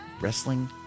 Wrestling